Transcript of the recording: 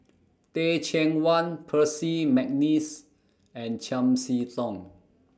Teh Cheang Wan Percy Mcneice and Chiam See Tong